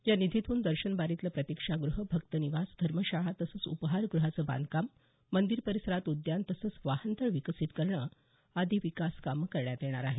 या निधीतून दर्शनबारीतलं प्रतिक्षागृह भक्तनिवास धर्मशाळा तसंच उपहारगृहाचं बांधकाम मंदिर परिसरात उद्यान तसंच वाहनतळ विकसित करणं आदी विकास कामं करण्यात येणार आहेत